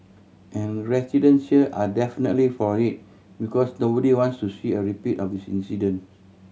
and residents here are definitely for it because nobody wants to see a repeat of this incident